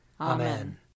Amen